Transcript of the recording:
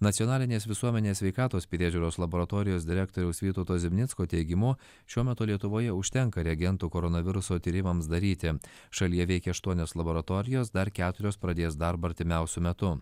nacionalinės visuomenės sveikatos priežiūros laboratorijos direktoriaus vytauto zimnicko teigimu šiuo metu lietuvoje užtenka reagentų koronaviruso tyrimams daryti šalyje veikia aštuonios laboratorijos dar keturios pradės darbą artimiausiu metu